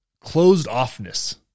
closed-offness